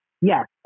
yes